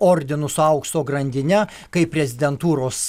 ordinu su aukso grandine kaip prezidentūros